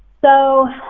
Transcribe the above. so,